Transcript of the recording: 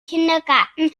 kindergarten